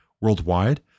worldwide